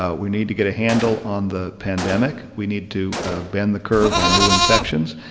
ah we need to get a handle on the pandemic. we need to bend the curve on new infections.